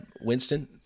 Winston